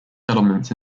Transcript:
settlements